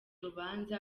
rubanza